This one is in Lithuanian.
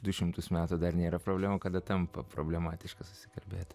du šimtus metų dar nėra problema kada tampa problematiška susikalbėti